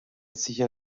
sicher